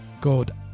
god